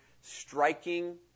striking